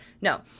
No